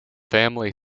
family